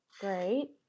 great